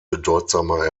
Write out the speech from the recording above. bedeutsamer